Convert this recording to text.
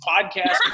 podcast